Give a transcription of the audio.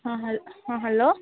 ହଁ ହା ହଁ ହାଲୋ